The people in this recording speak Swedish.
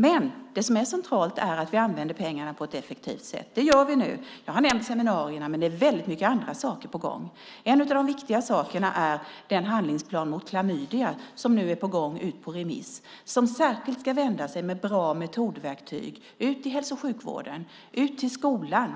Men det som är centralt är att vi använder pengarna på ett effektivt sätt. Det gör vi nu. Jag har nämnt seminarierna, men det är väldigt mycket andra saker på gång. En av de viktiga sakerna är den handlingsplan mot klamydia som nu är på väg ut på remiss och som särskilt ska vända sig med bra metodverktyg ut till hälso och sjukvården, ut till skolan